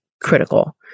critical